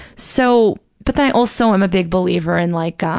so, but then i also am a big believer in like